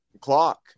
clock